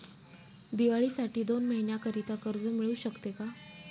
दिवाळीसाठी दोन महिन्याकरिता कर्ज मिळू शकते का?